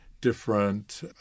different